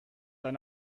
eine